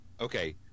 okay